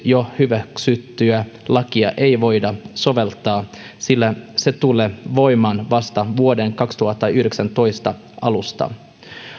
jo hyväksyttyä lakia ei voida soveltaa sillä se tulee voimaan vasta vuoden kaksituhattayhdeksäntoista alusta